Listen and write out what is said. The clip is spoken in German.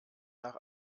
nach